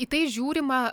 į tai žiūrima